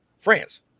france